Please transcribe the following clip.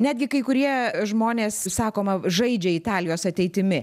netgi kai kurie žmonės sakoma žaidžia italijos ateitimi